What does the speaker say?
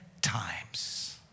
times